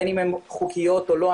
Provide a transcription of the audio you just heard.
בין אם הן חוקיות או לא.